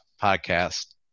podcast